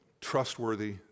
trustworthy